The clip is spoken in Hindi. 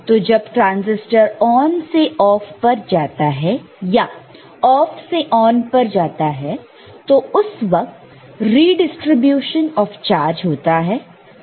तो जब ट्रांजिस्टर ऑन से ऑफ पर जाता है या ऑफ से ऑन पर जा तो उस वक्त रीडिस्ट्रीब्यूशन ऑफ चार्ज होता है ट्रांजिस्टर जंक्शन में